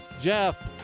Jeff